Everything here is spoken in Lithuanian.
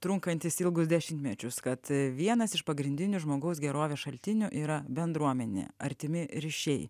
trunkantys ilgus dešimtmečius kad vienas iš pagrindinių žmogaus gerovės šaltinių yra bendruomenė artimi ryšiai